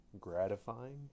gratifying